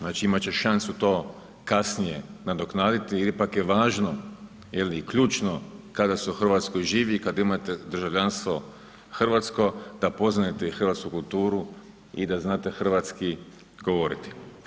Znači imat će šansu to kasnije nadoknaditi jer ipak je važno i ključno kada se u Hrvatskoj živi kad imate državljanstvo hrvatsko, da poznajete hrvatsku kulturu i da znate hrvatski govoriti.